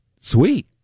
Sweet